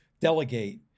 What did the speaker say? delegate